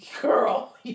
Girl